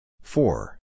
four